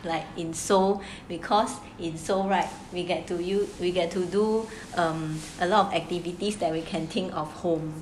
like in seoul so because in seoul right we get to you we get to do a lot of activities that we can think of home